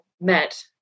met